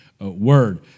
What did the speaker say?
Word